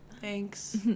Thanks